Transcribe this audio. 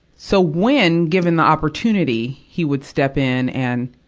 so when, given the opportunity, he would step in and,